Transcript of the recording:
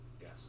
Yes